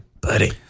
buddy